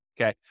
okay